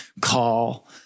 call